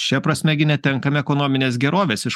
šia prasme gi netenkame ekonominės gerovės iš